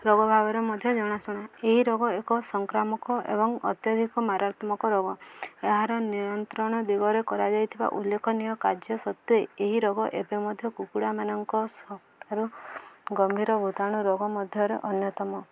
ରୋଗ ଭାବରେ ମଧ୍ୟ ଜଣାଶୁଣା ଏହି ରୋଗ ଏକ ସଂକ୍ରାମକ ଏବଂ ଅତ୍ୟଧିକ ମାରାତ୍ମକ ରୋଗ ଏହାର ନିୟନ୍ତ୍ରଣ ଦିଗରେ କରାଯାଇଥିବା ଉଲ୍ଲେଖନୀୟ କାର୍ଯ୍ୟ ସତ୍ତ୍ୱେ ଏହି ରୋଗ ଏବେ ମଧ୍ୟ କୁକୁଡ଼ାମାନଙ୍କ ଠାରେ ଗମ୍ଭୀର ବୂତାଣୁ ରୋଗ ମଧ୍ୟରେ ଅନ୍ୟତମ